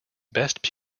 best